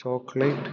chocolate